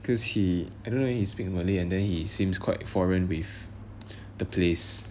because he I don't know leh he speak malay and then he seems quite foreign with the place